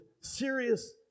serious